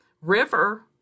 River